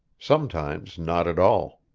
sometimes not at all.